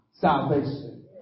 salvation